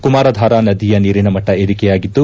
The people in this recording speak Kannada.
ಕುಮಾರಧಾರ ನದಿಯ ನೀರಿನ ಮಟ್ಟ ಏರಿಕೆಯಾಗಿದ್ದು